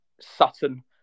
Sutton